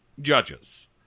Judges